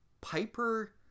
Piper